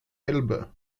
elbe